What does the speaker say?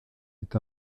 est